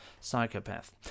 psychopath